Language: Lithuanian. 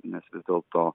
nes vis dėlto